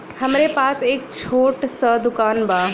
हमरे पास एक छोट स दुकान बा